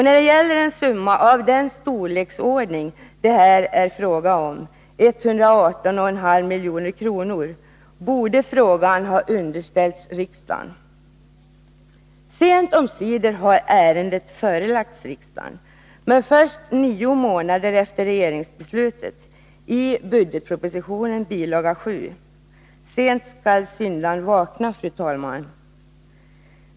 När det gäller en summa av den storleksordning som det här är fråga om, 118,5 milj.kr., borde frågan ha underställts riksdagen. Sent omsider har ärendet förelagts riksdagen, men först nio månader efter regeringsbeslutet, i budgetpropositionen bil. 7. Sent skall syndar'n vakna, fru talman!